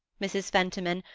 mrs. fentiman,